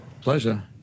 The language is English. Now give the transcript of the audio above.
Pleasure